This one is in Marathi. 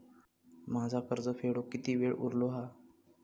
माझा कर्ज फेडुक किती वेळ उरलो हा?